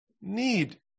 need